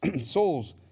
souls